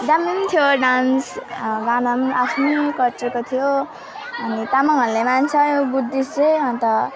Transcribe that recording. दामी पनि थियो डान्स गाना पनि आफ्नै कल्चरको थियो तामाङहरूले मान्छ यो बुद्धिस्ट चाहिँ अनि त